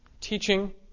Teaching